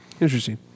Interesting